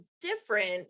different